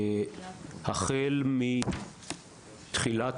החל מתחילת